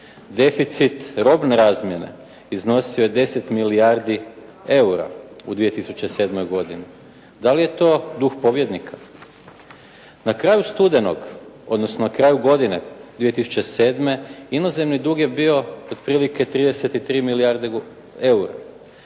Deficit robne razmjene iznosio je 10 milijardi EUR-a u 2007. godini. Da li je to duh pobjednika? Na kraju studenog odnosno na kraju godine 2007. inozemni dug je bio otprilike 33 milijarde EUR-a